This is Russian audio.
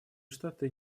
штаты